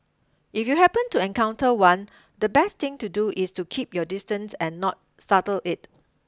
if you happen to encounter one the best thing to do is to keep your distance and not startle it